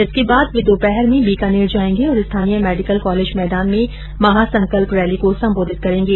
इसके बाद वे दोपहर में बीकानेर जायेंगे औरं स्थानीय मेडिकल कॉलेज मैदान में महासंकल्प रैली को संबोधित करेंगे